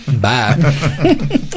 bye